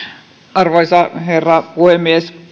arvoisa herra puhemies